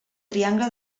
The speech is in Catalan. triangle